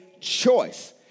Choice